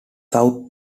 south